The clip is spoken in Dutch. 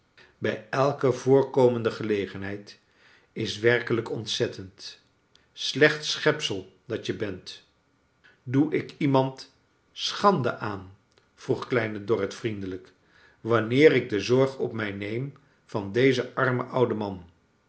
bij elke voorkamende gelegenheid is werkelijk ontzettend sleoht schepsel dat je bent doe ik iemand schande aan vroeg kleine dorrit vriendelijk wanneer ik de zorg op mij neem van dezen armen ouden man